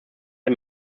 der